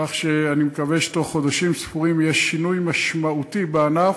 כך שאני מקווה שתוך חודשים ספורים יהיה שינוי משמעותי בענף,